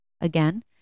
Again